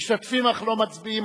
משתתפים אך לא מצביעים,